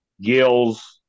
gills